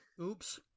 Oops